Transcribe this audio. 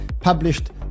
published